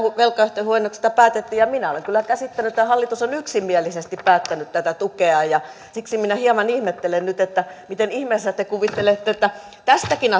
ja velkaehtojen huojennuksista päätettiin minä olen kyllä käsittänyt että hallitus on yksimielisesti päättänyt tätä tukea ja siksi minä hieman ihmettelen nyt miten ihmeessä te te kuvittelette että tästäkin